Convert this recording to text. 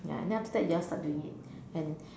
ya and then after that you all start doing it and